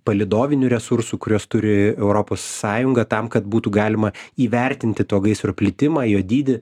palydovinių resursų kuriuos turi europos sąjunga tam kad būtų galima įvertinti to gaisro plitimą jo dydį